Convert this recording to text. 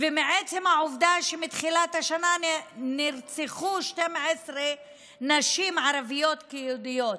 ומעצם העובדה שמתחילת השנה נרצחו 12 נשים ערביות ויהודיות,